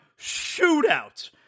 shootout